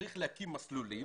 צריך להקים מסלולים